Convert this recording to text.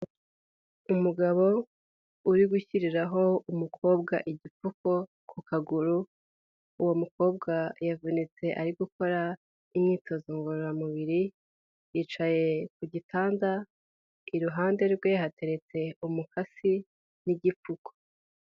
Umugabo uri gushyiriraho umukobwa igipfuko ku kaguru, uwo mukobwa yavunitse ari gukora imyitozo ngororamubiri, yicaye ku gitanda, iruhande rwe hateretse umukasi n'igipfuko.